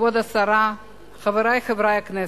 כבוד השרה, חברי חברי הכנסת,